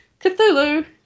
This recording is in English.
Cthulhu